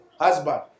husband